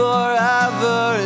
Forever